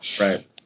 right